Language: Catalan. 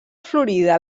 florida